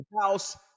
house